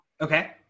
Okay